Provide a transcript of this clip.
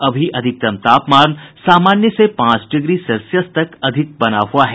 अभी अधिकतम तापमान सामान्य से पांच डिग्री सेल्सियस तक अधिक बना हुआ है